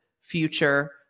future